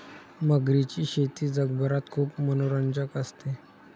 मगरीची शेती जगभरात खूप मनोरंजक असते